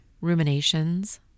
ruminations